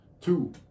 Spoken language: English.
two